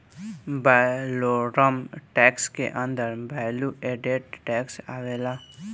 valorem tax के अंदर value added tax आवेला